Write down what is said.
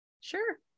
Sure